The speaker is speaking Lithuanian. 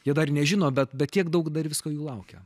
jie dar nežino bet bet tiek daug dar visko jų laukia